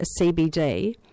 cbd